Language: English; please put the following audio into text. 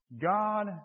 God